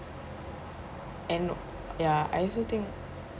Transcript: and ya I also think